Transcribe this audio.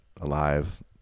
alive